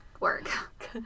work